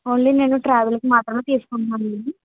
only నేను ట్రావెల్కి మాత్రమే తీసుకుంటున్నాం